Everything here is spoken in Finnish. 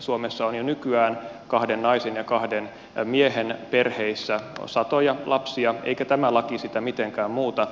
suomessa on jo nykyään kahden naisen ja kahden miehen perheissä satoja lapsia eikä tämä laki sitä mitenkään muuta